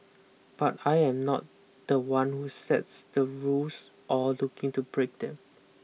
but I am not the one who sets the rules or looking to break them